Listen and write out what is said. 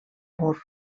mur